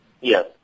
Yes